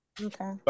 Okay